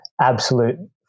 absolute